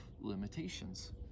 limitations